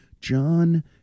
John